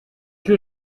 que